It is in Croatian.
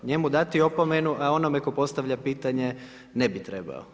Njemu dati opomenu, a onome tko postavlja pitanje, ne bi trebao.